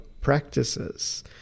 practices